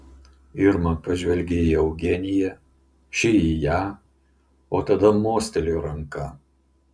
irma pažvelgė į eugeniją ši į ją o tada mostelėjo ranka